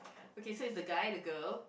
okay it's the guy the girl